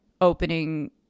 opening